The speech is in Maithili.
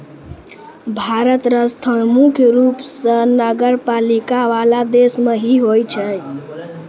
भारत र स्थान मुख्य रूप स नगरपालिका वाला देश मे ही होय छै